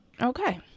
Okay